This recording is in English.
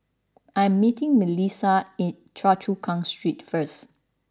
I am meeting Melisa at Choa Chu Kang Street First